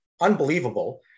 unbelievable